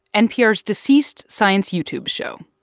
npr's deceased science youtube show.